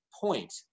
point